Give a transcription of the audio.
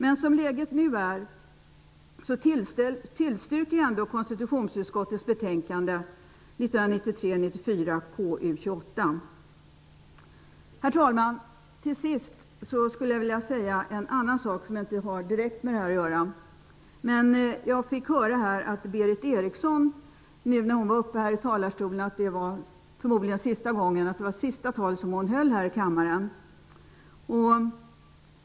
Men som läget nu är tillstyrker jag ändå konstitutionsutskottets betänkande 1993/94KU28. Herr talman! Till sist skulle jag vilja säga en annan sak som inte direkt har med det här att göra. Jag fick höra att det tal Berith Eriksson höll när hon var uppe i talarstolen nyss förmodligen var det sista hon håller här i kammaren.